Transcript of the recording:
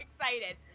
excited